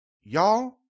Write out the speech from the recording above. y'all